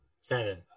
Seven